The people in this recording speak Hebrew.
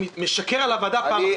שמשקר לוועדה פעם אחר פעם.